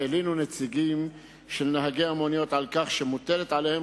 הלינו נציגים של נהגי המוניות על כך שמוטלת עליהם